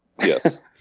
Yes